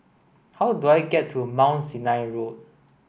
how do I get to Mount Sinai Road